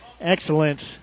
Excellent